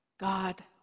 God